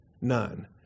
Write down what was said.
None